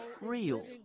real